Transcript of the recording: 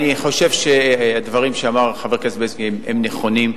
אני חושב שהדברים שאמר חבר הכנסת בילסקי הם נכונים,